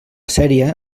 sèrie